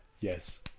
Yes